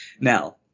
Now